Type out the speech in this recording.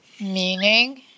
meaning